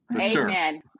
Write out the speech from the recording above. amen